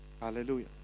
Hallelujah